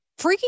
Freaking